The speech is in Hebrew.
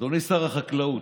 אדוני שר החקלאות,